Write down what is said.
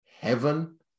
heaven